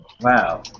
Wow